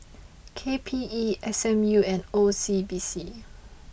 K P E S M U and O C B C